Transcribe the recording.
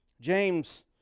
James